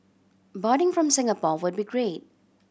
boarding from Singapore would be great